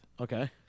okay